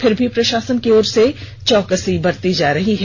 फिर भी प्रशासन की ओर से चौकसी बरती जा रही है